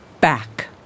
Back